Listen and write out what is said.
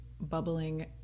bubbling